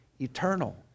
eternal